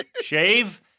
Shave